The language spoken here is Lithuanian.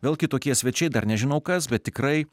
vėl kitokie svečiai dar nežinau kas bet tikrai